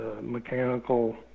mechanical